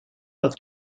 that